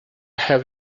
have